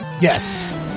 Yes